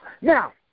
Now